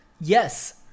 yes